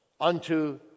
unto